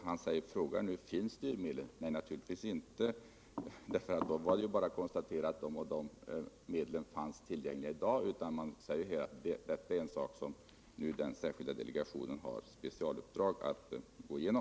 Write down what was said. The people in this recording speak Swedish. Men Tore Claeson frågade: Finns styrmedlen? Nej, naturligtvis inte. Det var inte något konstaterande av att de och de medlen fanns tillgängliga i dag, utan vi säger att det är något som den särskilda delegationen har som specialuppdrag utt gå igenom.